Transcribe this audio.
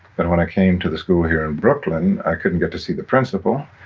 but when i came to the school here in brooklyn, i couldn't get to see the principal.